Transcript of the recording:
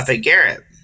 Garrett